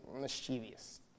mischievous